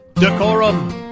Decorum